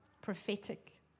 prophetic